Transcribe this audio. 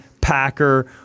Packer